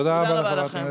תודה רבה לכם.